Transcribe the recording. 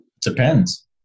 Depends